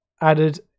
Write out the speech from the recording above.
added